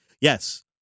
Yes